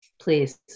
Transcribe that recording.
Please